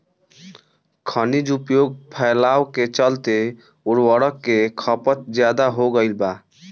खनिज उपयोग फैलाव के चलते उर्वरक के खपत ज्यादा हो गईल बा